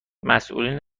مسئولین